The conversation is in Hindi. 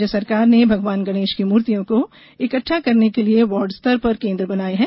राज्य सरकार ने भगवान गणेश की मूर्तियों को इक्टठा करने के लिए वार्ड स्तर पर केन्द्र बनाये हैं